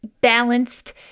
balanced